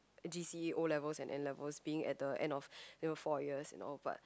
g_c_e o-levels and N-levels being at the end of you know four years and all but